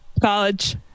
college